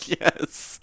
Yes